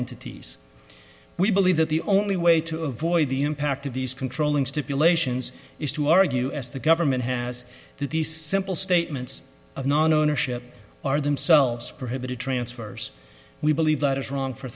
entities we believe that the only way to avoid the impact of these controlling stipulations is to argue as the government has that these simple statements of non ownership are themselves pretty transfers we believe that is wrong for